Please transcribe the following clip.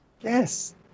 Yes